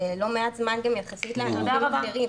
לא מעט זמן גם יחסית לענפים אחרים.